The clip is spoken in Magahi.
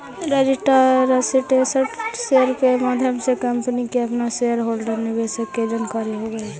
रजिस्टर्ड शेयर के माध्यम से कंपनी के अपना शेयर होल्डर निवेशक के जानकारी हो जा हई